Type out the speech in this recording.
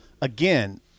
again